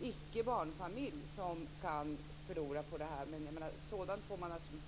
icke-barnfamilj som kan förlora på det här, men sådant får man se över.